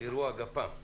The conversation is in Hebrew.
(אירוע גפ"מ).